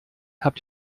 habt